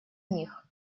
них